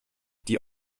die